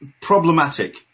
problematic